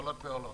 עולות ועולות.